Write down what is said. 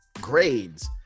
grades